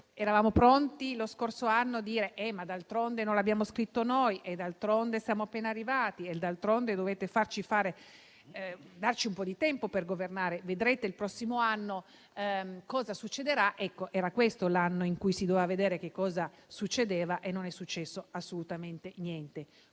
Eravamo pronti, lo scorso anno, a sentir dire: d'altronde non l'abbiamo scritto noi, siamo appena arrivati e quindi dovete lasciarci fare e darci un po' di tempo per governare, vedrete il prossimo anno cosa succederà. Ebbene, era questo l'anno in cui si doveva vedere che cosa sarebbe successo e non è successo assolutamente niente.